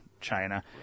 China